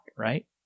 right